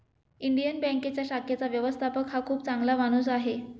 Indian बँकेच्या शाखेचा व्यवस्थापक हा खूप चांगला माणूस आहे